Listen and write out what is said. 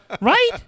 right